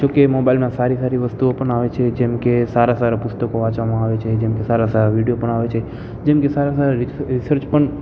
જોકે એ મોબાઈલમાં સારી સારી વસ્તુઓ પણ આવે છે જેમકે સારા સારા પુસ્તકો વાંચવામાં આવે છે જેમકે સારા સારા વિડીયો પણ આવે છે જેમકે સારા સારા રિસ રિસર્ચ પણ